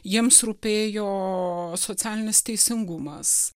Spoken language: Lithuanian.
jiems rūpėjo socialinis teisingumas